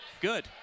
good